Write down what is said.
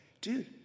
dude